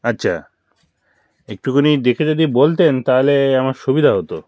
আচ্ছা একটুখানি দেখে যদি বলতেন তাহলে আমার সুবিধা হতো